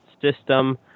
system